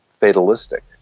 fatalistic